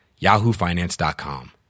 yahoofinance.com